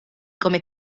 come